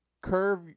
curve